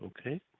Okay